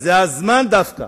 זה הזמן, דווקא